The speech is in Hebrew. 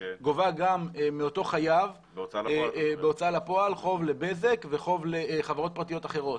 גובה גם מאותו חייב בהוצאה לפועל חוב לבזק וחוב לחברות הפרטיות האחרות.